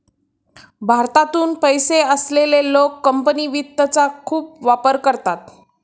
भारतातून पैसे असलेले लोक कंपनी वित्तचा खूप वापर करतात